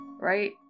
right